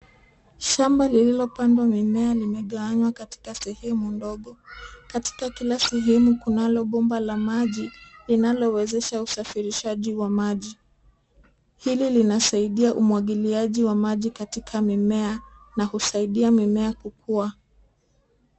Shamba lililopandwa mimea limegawanywa katika sehemu ndogo. Katika kila sehemu kunalo bomba la maji linalowezesha usafirishaji wa maji. Hili linasaidia umwagiliaji wa maji katika mimea na husaidia mimea kukua.